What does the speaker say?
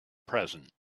present